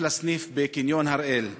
יש לה סניף בקניון הראל.